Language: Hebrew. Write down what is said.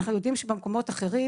אנחנו יודעים שבמקומות אחרים,